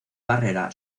barrera